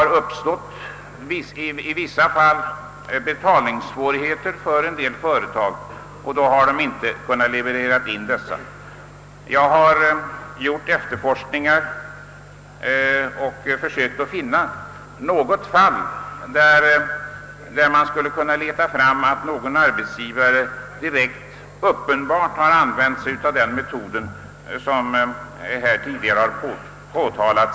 I vissa fall har det emellertid uppstått betalningssvårigheter för en del företag, så att de inte har kunnat leverera in den innehållna skatten Jag har gjort efterforskningar och försökt leta fram något fall där en arbetsgivare direkt och uppenbart har använt den metod som herr Sjöholm har påtalat.